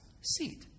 seat